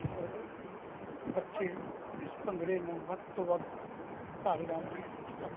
ਔਰ ਬੱਚੇ ਇਸ ਭੰਗੜੇ ਨੂੰ ਵੱਧ ਤੋਂ ਵੱਧ ਭਾਗ ਲੈਣ ਲਈ ਉਸ ਦਾ